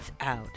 out